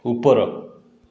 ଉପର